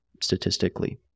statistically